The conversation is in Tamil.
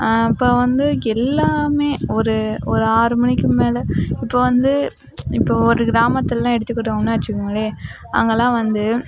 இப்போ வந்து எல்லாம் ஒரு ஒரு ஆறு மணிக்கு மேல் இப்போ வந்து இப்போ ஒரு கிராமத்திலலாம் எடுத்துகிட்டோம்னா வச்சுகோங்களேன் அங்கேலாம் வந்து